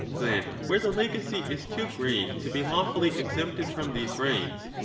that where the legacy is too great to be lawfully exempted from these rites,